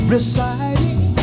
Reciting